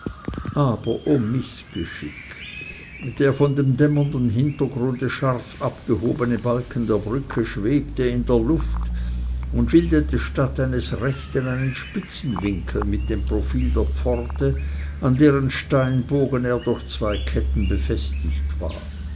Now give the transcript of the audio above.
aber o mißgeschick der von dem dämmernden hintergrunde scharf abgehobene balken der brücke schwebte in der luft und bildete statt eines rechten einen spitzen winkel mit dem profil der pforte an deren steinbogen er durch zwei ketten befestigt war